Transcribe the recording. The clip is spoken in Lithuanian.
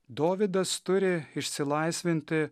dovydas turi išsilaisvinti